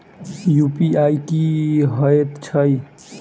UPI की हएत छई?